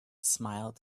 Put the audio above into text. smiled